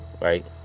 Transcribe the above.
right